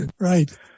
Right